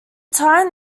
time